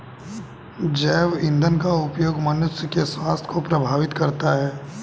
जैव ईंधन का उपयोग मनुष्य के स्वास्थ्य को प्रभावित करता है